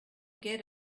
get